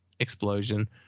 Explosion